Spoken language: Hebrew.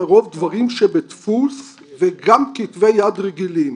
הרוב דברים שבדפוס וגם כתבי יד רגילים,